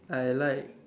I like